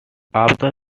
after